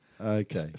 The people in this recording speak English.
Okay